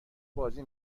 بازی